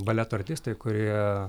baleto artistai kurie